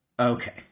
Okay